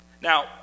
Now